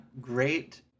great